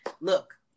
look